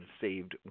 saved